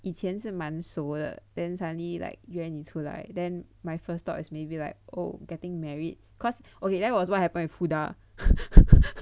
以前是蛮熟的 then suddenly like 约你出来 then my first thought is maybe like oh getting married cause ok that was what happened with Huda